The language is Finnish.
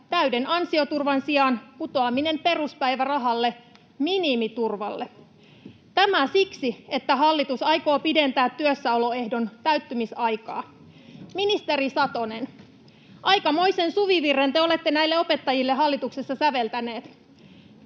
täyden ansioturvan sijaan putoaminen peruspäivärahalle, minimiturvalle. Tämä siksi, että hallitus aikoo pidentää työssäoloehdon täyttymisaikaa. Ministeri Satonen, aikamoisen suvivirren te olette näille opettajille hallituksessa säveltäneet.